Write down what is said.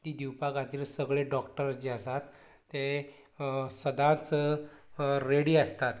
ती दिवपा खातीर सगळे डाॅक्टर्स जे आसात ते सदांच रेडी आसतात